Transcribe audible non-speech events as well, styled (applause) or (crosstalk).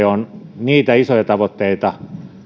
(unintelligible) on niitä isoja tavoitteita